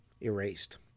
erased